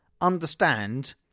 understand